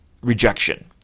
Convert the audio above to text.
rejection